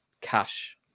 cash